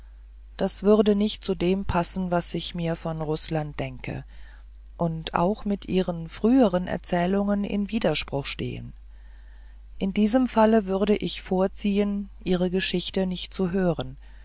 das würde nicht zu dem passen was ich mir von rußland denke und auch mit ihren früheren erzählungen in widerspruch stehen in diesem falle würde ich vorziehen ihre geschichte nicht zu hören